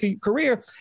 career